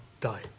die